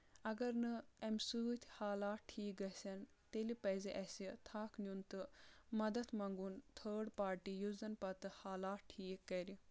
اگر نہٕ اَمہِ سۭتۍ حالات ٹھیٖک گژھن تیٚلہِ پزِ اَسہِ تھکھ نیُن تہٕ مدد منٛگُن تھٲڈ پارٹی یُس زَن پَتہٕ حالات ٹھیٖک کَرِ